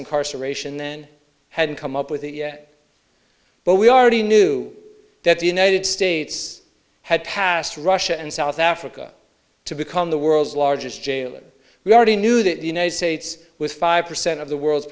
incarceration then hadn't come up with it yet but we are ready knew that the united states had passed russia and south africa to become the world's largest jailer we already knew that the united states was five percent of the world's